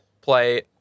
play